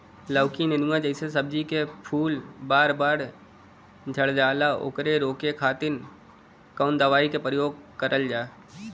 लौकी नेनुआ जैसे सब्जी के फूल बार बार झड़जाला ओकरा रोके खातीर कवन दवाई के प्रयोग करल जा?